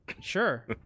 Sure